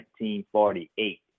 1948